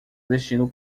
vestindo